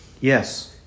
Yes